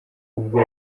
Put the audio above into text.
ubwo